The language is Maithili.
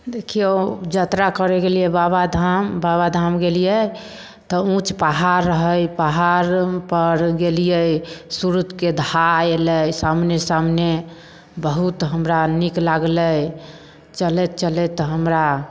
देखियौ जतरा करे गेलियै बाबाधाम बाबाधाम गेलियै तऽ ऊँच पहाड़ रहै पहाड़ पर गेलियै सुरजके धाह अयलै सामने सामने बहुत हमरा नीक लागलै चलैत चलैत हमरा